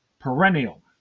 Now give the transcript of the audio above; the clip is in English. perennial